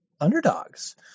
underdogs